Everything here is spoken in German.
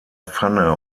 pfanne